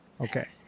okay